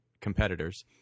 competitors